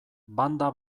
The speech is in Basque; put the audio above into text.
banda